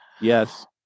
Yes